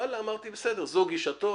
ואללה אמרתי בסדר, זו גישתו?